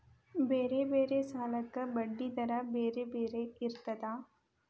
ಬೇರೆ ಬೇರೆ ಸಾಲಕ್ಕ ಬಡ್ಡಿ ದರಾ ಬೇರೆ ಬೇರೆ ಇರ್ತದಾ?